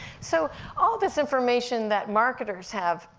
so all this information that marketers have,